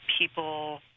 people